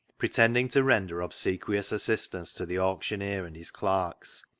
pretending to render obsequious assistance to the auctioneer and his clerks,